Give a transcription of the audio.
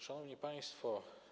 Szanowni Państwo!